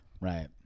Right